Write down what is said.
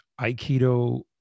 aikido